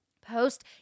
Post